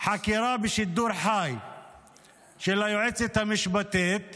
חקירה של היועצת המשפטית בשידור חי.